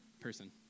person